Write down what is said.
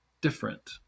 different